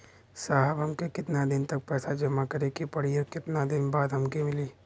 साहब हमके कितना दिन तक पैसा जमा करे के पड़ी और कितना दिन बाद हमके मिली?